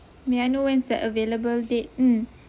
may I know when is the available date mm